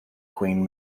queen